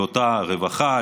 לאותה רווחה,